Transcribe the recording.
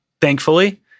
thankfully